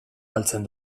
galtzen